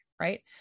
right